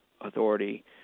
authority